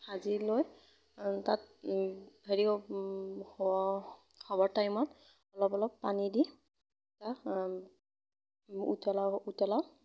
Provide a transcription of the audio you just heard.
ভাজি লৈ তাত হেৰি হ'বৰ টাইমত অলপ অলপ পানী দি তাক উতলাওঁ উতলাওঁ